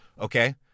okay